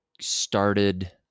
started